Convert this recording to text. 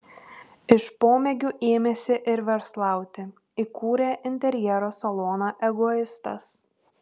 iš pomėgių ėmėsi ir verslauti įkūrė interjero saloną egoistas